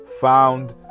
found